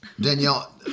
Danielle